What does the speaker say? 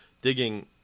Digging